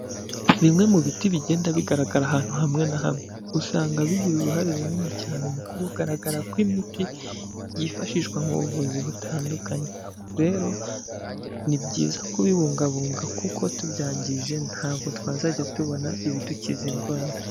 Bimwe mu biti bigenda bigaragara ahantu hamwe na hamwe, usanga bigira uruhare runini cyane mu kugaragara kw'imiti yifashishwa mu buvuzi butandukanye, rero ni byiza kubibungabunga kuko tubyangije ntabwo twazajya tubona ibidukiza indwara.